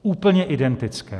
Úplně identické.